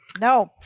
No